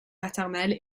maternelle